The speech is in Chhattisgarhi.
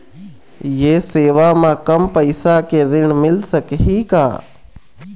ये सेवा म कम पैसा के ऋण मिल सकही का?